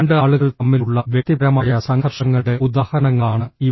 രണ്ട് ആളുകൾ തമ്മിലുള്ള വ്യക്തിപരമായ സംഘർഷങ്ങളുടെ ഉദാഹരണങ്ങളാണ് ഇവ